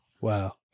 Wow